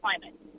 climate